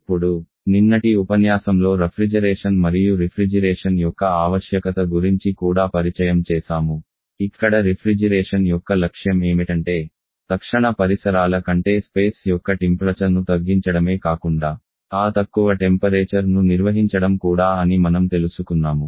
ఇప్పుడు నిన్నటి ఉపన్యాసంలో శీతలీకరణ మరియు రిఫ్రిజిరేషన్ యొక్క ఆవశ్యకత గురించి కూడా పరిచయం చేసాము ఇక్కడ రిఫ్రిజిరేషన్ యొక్క లక్ష్యం ఏమిటంటే తక్షణ పరిసరాల కంటే స్థలం యొక్క ఉష్ణోగ్రతను తగ్గించడమే కాకుండా ఆ తక్కువ టెంపరేచర్ ను నిర్వహించడం కూడా అని మనం తెలుసుకున్నాము